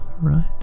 right